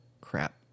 crap